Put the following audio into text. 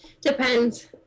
Depends